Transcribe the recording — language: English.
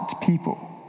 people